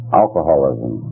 alcoholism